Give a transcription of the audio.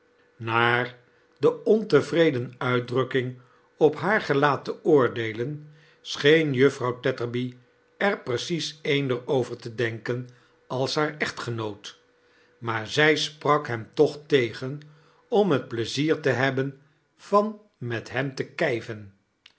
naar de ontevreden uitdrukking op haar gelaat te oordeelen scheenjuffrouw tetterby er piracies eender over te denken als haar echtgenoot maar zij sprak hem toch ttegen om het plezier te hebben van met hem te kijven